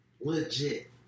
legit